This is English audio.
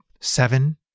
seven